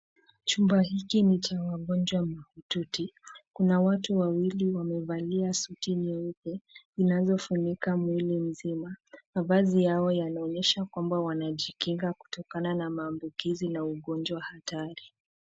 Chumba hiki ni cha wagonjwa mahututi; kuna watu wawili wamevalia suti nyeupe zinazofunika mwili mzima. Mavazi yao yanaonyesha kwamba wanajikinga kutokana na maambukizi na ugonjwa hatari.